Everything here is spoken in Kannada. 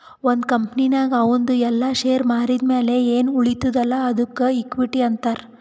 ಒಂದ್ ಕಂಪನಿನಾಗ್ ಅವಂದು ಎಲ್ಲಾ ಶೇರ್ ಮಾರಿದ್ ಮ್ಯಾಲ ಎನ್ ಉಳಿತ್ತುದ್ ಅಲ್ಲಾ ಅದ್ದುಕ ಇಕ್ವಿಟಿ ಅಂತಾರ್